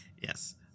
Yes